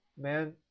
Man